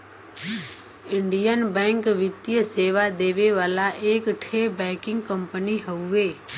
Indian Bank वित्तीय सेवा देवे वाला एक ठे बैंकिंग कंपनी हउवे